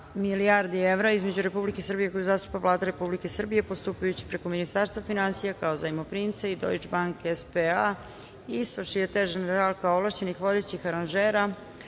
miliona evra između Republike Srbije koju zastupa Vlada Republike Srbije postupajući preko Ministarstva finansija kao Zajmoprimca i Deutsche Bank S.P.A. i Societe Generale kao Ovlašćenih vodećih aranžera,